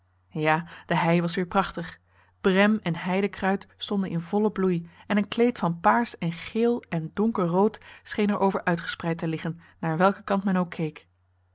ja de hei was weer prachtig brem en heidekruid stonden in vollen bloei en een kleed van paars en geel en donkerrood scheen er over uitgespreid te liggen naar welken kant men ook keek